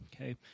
okay